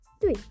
Three